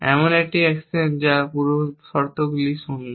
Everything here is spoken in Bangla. এমন একটি অ্যাকশন যার পূর্ব শর্তগুলি শূন্য